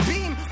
Beam